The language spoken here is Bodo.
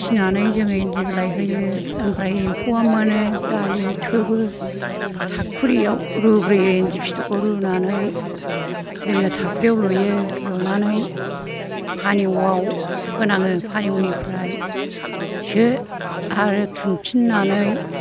फिसिनानै जोङो इन्दि बिलाय होयो ओफ्राय एम्फौआ मोनो जालि थोबो थावख्रियाव रुग्रोयो इन्दि फिथोबखौ रुनानै जोङो ताखुरिथावख्रियाव लुयो लुनानै फानेवआव फोनाङो फानेवनिफ्रायसो आरो थुनफिननानै